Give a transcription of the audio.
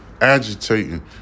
agitating